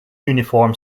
uniform